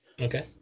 Okay